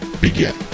begin